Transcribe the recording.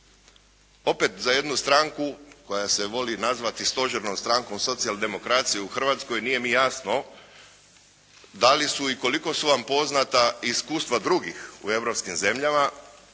opet za jednu stranku koja se voli nazvati stožernom strankom Socijaldemokracije u Hrvatskoj nije mi jasno da li su vam i koliko su vam poznata iskustva drugih u europskim zemljama